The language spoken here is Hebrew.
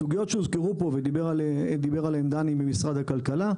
בסוגיות שהוזכרו כאן על ידי משרד הכלכלה,